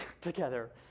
together